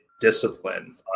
discipline